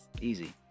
easy